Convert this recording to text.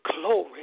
glory